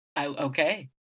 Okay